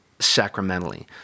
Sacramentally